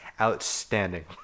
outstanding